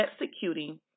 executing